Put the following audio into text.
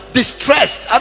distressed